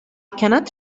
cannot